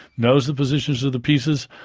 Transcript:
knows the positions of the pieces,